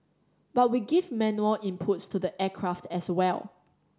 but we give manual inputs to the aircraft as well